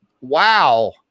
wow